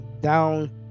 Down